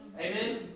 Amen